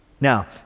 Now